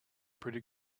pretty